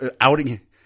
outing